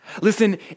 Listen